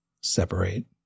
separate